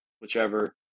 whichever